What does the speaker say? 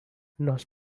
not